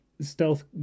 stealth